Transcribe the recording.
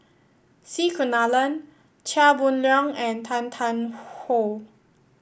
C Kunalan Chia Boon Leong and Tan Tarn How